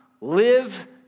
Live